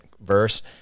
verse